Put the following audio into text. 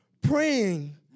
praying